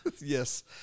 Yes